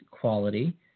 quality